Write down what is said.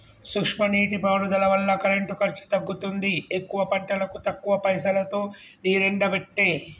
సూక్ష్మ నీటి పారుదల వల్ల కరెంటు ఖర్చు తగ్గుతుంది ఎక్కువ పంటలకు తక్కువ పైసలోతో నీరెండబట్టే